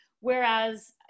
whereas